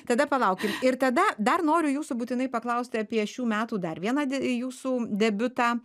tada palaukim ir tada dar noriu jūsų būtinai paklausti apie šių metų dar vieną d jūsų debiutą